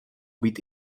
být